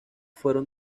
fueron